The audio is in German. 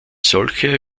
solche